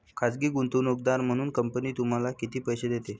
खाजगी गुंतवणूकदार म्हणून कंपनी तुम्हाला किती पैसे देते?